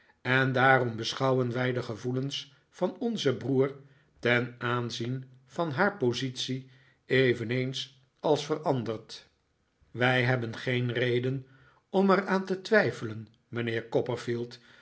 en daarom beschouwen wij de gevoelens van onzen broer ten aanzien van haar positie eveneens als veranderd wij hebben geen reden om er aan te twijfelen mijnheer